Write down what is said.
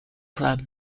club